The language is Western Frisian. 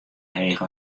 heech